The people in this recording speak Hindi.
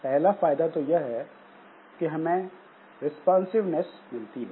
पहला फायदा तो यह है कि हमें रिस्पांसिंवनेस मिलती है